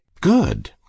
Good